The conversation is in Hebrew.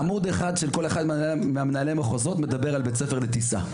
-- עמוד אחד של כל אחד ממנהלי המחוזות מדבר על בית ספר לטיסה.